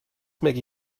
make